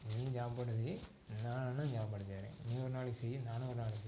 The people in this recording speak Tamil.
நீயும் சாப்பாடு செய் நானும் தான் சாப்பாடு செய்கிறேன் நீ ஒரு நாளைக்கு செய் நானும் ஒரு நாளைக்கு செய்